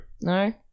No